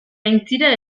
aintzira